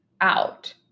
out